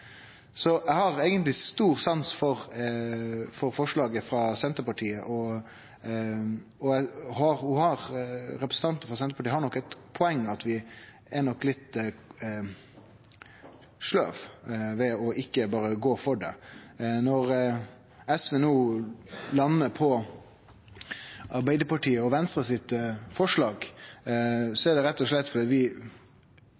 Så eg har eigentleg stor sans for forslaget frå Senterpartiet. Representanten frå Senterpartiet har eit poeng i at vi er nok litt sløve ved ikkje berre å gå for det. Når SV no landar på Arbeidarpartiet og Venstre sitt forslag,